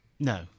No